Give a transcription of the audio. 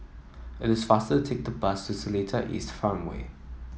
it is faster to take the bus to Seletar East Farmway